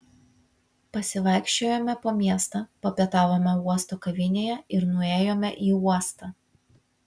pasivaikščiojome po miestą papietavome uosto kavinėje ir nuėjome į uostą